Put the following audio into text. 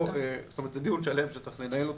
זה דיון שלם שצריך לנהל,